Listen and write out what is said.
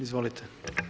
Izvolite.